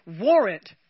warrant